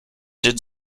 did